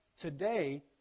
today